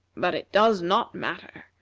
but it does not matter,